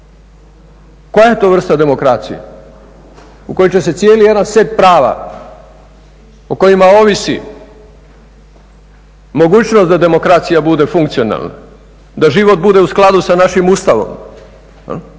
Koja je to vrsta demokracije u kojoj će se cijeli jedan set prava o kojima ovisi mogućnost da demokracija bude funkcionalna, da život bude u skladu sa našim Ustavom,